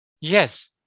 yes